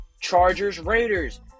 Chargers-Raiders